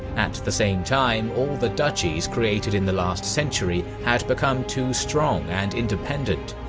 at the same time, all the duchies created in the last century had become too strong and independent,